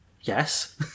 Yes